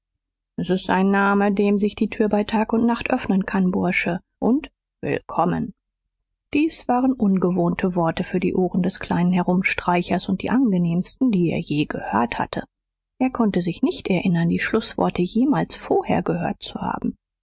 s ist ein name dem sich die tür bei tag und nacht öffnen kann bursche und willkommen dies waren ungewohnte worte für die ohren des kleinen herumstreichers und die angenehmsten die er je gehört hatte er konnte sich nicht erinnern die schlußworte jemals vorher gehört zu haben